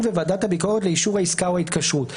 וועדת הביקורת לאישור העסקה או ההתקשרות,